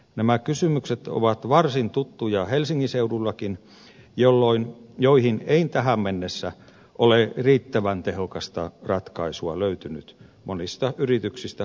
nämä kysymykset ovat varsin tuttuja helsingin seudullakin ja niihin ei tähän mennessä ole riittävän tehokasta ratkaisua löytynyt monista yrityksistä huolimatta